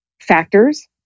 factors